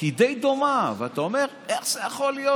היא די דומה, ואתה אומר: איך זה יכול להיות?